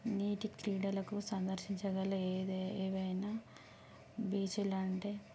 నీటి క్రీడలకు సందర్శించగల ఏవైనా బీచ్లు అంటే